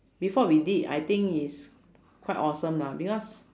before we did I think is quite awesome lah because